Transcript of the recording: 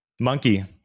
monkey